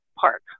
park